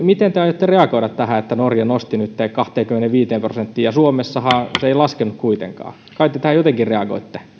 miten te aiotte reagoida tähän että norja nosti tämän nyt kahteenkymmeneenviiteen prosenttiin ja suomessahan se ei laskenut kuitenkaan kai te tähän jotenkin reagoitte